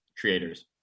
creators